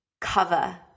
cover